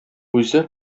үзе